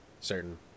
certain